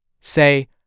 Say